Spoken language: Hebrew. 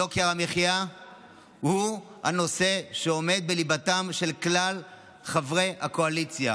יוקר המחיה הוא הנושא שעומד בליבתם של כלל חברי הקואליציה.